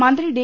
മന്ത്രി ഡി